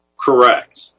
Correct